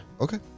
Okay